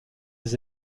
des